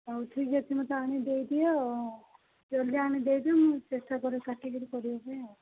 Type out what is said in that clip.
ହଉ ଠିକ୍ ଅଛି ମତେ ଆଣି ଦେଇଦିଅ ଜଲଦି ଆଣିକି ଦେଇଦିଅ ମୁଁ ଚେଷ୍ଟା କରେ କାଟିକରି କରିବା ପାଇଁ ଆଉ